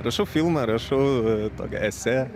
rašau filmą rašau tokį esė